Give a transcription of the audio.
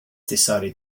decided